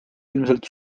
ilmselt